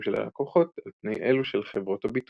של הלקוחות על פני אלו של חברות הביטוח.